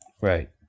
Right